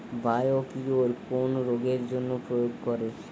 Biocure কোন রোগেরজন্য প্রয়োগ করে?